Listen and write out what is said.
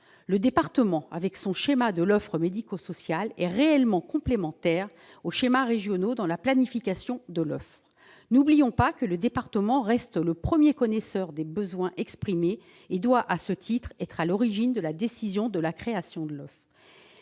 leurs attentes. Le schéma de l'offre médico-sociale du département est réellement complémentaire des schémas régionaux en matière de planification de l'offre. N'oublions pas que le département reste le premier à connaître les besoins exprimés et doit, à ce titre, être à l'origine de la décision de création de l'offre.